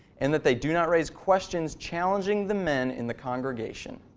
and that they do not raise questions challenging the men in the congregation.